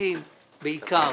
חזקים בעיקר